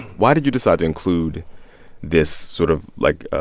why did you decide to include this sort of, like,